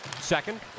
second